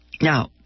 Now